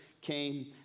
came